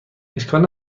اشکال